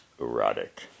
erotic